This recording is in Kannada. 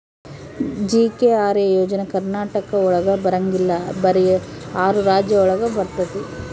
ಜಿ.ಕೆ.ಆರ್.ಎ ಯೋಜನೆ ಕರ್ನಾಟಕ ಒಳಗ ಬರಂಗಿಲ್ಲ ಬರೀ ಆರು ರಾಜ್ಯ ಒಳಗ ಬರ್ತಾತಿ